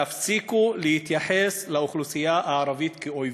תפסיקו להתייחס לאוכלוסייה הערבית כלאויבים,